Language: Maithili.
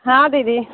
हॅं दीदी